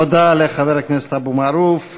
תודה לחבר הכנסת אבו מערוף.